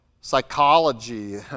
psychology